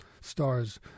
stars